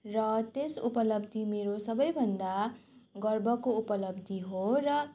र त्यस उपलब्धि मेरो सबैभन्दा गर्वको उपलब्धि हो र